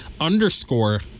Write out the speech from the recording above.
underscore